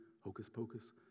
hocus-pocus